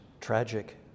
tragic